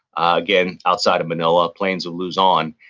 again, outside of manila, plains of luzon.